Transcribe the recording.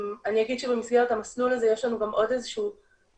אני אגיד שבמסגרת המסלול הזה יש לנו עוד איזה שהוא מסלול